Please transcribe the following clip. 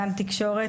גן תקשורת.